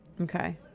Okay